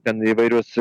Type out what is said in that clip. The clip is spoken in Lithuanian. ten įvairius